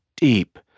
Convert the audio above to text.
deep